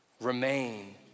remain